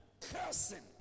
cursing